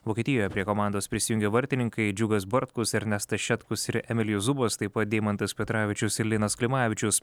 vokietijoje prie komandos prisijungė vartininkai džiugas bartkus ernestas šetkus ir emilijus zubas taip pat deimantas petravičius ir linas klimavičius